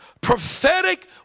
prophetic